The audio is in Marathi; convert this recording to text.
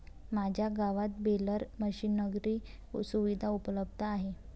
माझ्या गावात बेलर मशिनरी सुविधा उपलब्ध आहे